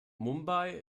mumbai